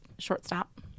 Shortstop